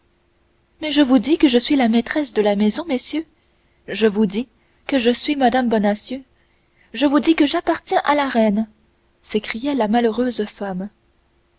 mais je vous dis que je suis la maîtresse de la maison messieurs je vous dis que je suis mme bonacieux je vous dis que j'appartiens à la reine s'écriait la malheureuse femme